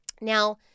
Now